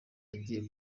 agiye